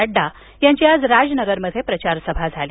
नद्डा यांची आज राजनगरमध्ये प्रचारसभा झाली